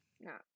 No